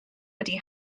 wedi